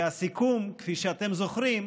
והסיכום, כפי שאתם זוכרים,